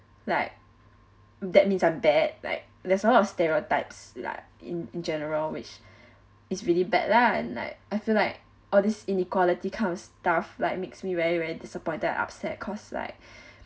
like that means I'm bad like there's a lot of stereotypes like in in general which is really bad lah and like I feel like all this inequality comes tough like makes me very very disappointed upset cause like